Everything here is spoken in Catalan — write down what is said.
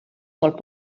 molt